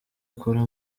akora